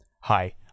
Hi